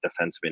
defenseman